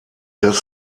das